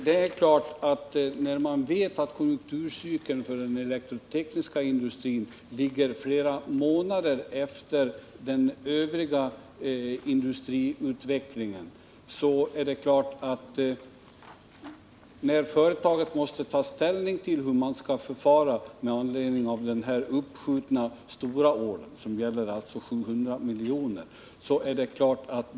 Det är klart att vetskapen att konjunkturcykeln för den elektrotekniska industrin ligger flera månader efter den övriga industriutvecklingen har mycket stor betydelse när företaget skall ta ställning till hur det skall förfara med anledning av den uppskjutna, stora ordern, som alltså gäller 700 miljoner.